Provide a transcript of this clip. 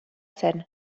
zen